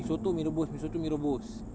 mi soto mi rebus mi soto mi rebus